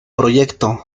proyecto